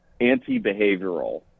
anti-behavioral